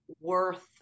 worth